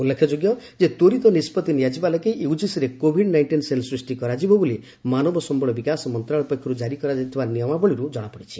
ଉଲ୍ଲେଖଯୋଗ୍ୟ ଯେ ତ୍ୱରିତ ନିଷ୍କଭି ନିଆଯିବା ଲାଗି ୟୁଜିସିରେ କୋଭିଡ୍ ନାଇଷ୍ଟିନ୍ ସେଲ୍ ସୃଷ୍ଟି କରାଯିବ ବୋଲି ମାନବ ସମ୍ବଳ ବିକାଶ ମନ୍ତ୍ରଣାଳୟ ପକ୍ଷରୁ ଜାରି କରାଯାଇଥିବା ନିୟମାବଳୀରୁ ଜଣାପଡ଼ିଛି